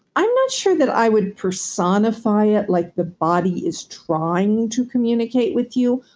i'm not sure that i would personify it like the body is trying to communicate with you,